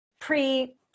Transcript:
Pre